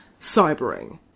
cybering